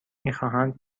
میخواهند